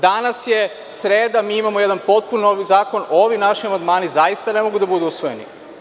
Danas je sreda, mi imamo jedan potpuno novi zakon, ovi naši amandmani zaista ne mogu da budu usvojeni.